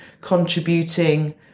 contributing